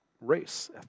race